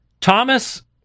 Thomas